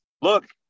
look